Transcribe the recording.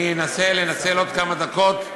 אני אנסה לנצל עוד כמה דקות,